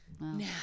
Now